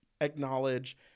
acknowledge